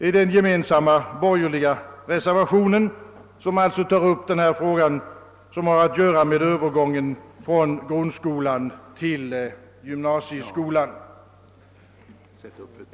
I den gemensamma borgerliga reservationen tar man upp frågan om Övergången från grundskolan till gymnasiet.